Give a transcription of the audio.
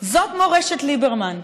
זאת מורשת ליברמן.